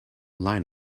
line